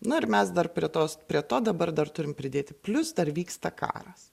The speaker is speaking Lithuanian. na ir mes dar prie tos prie to dabar dar turim pridėti plius dar vyksta karas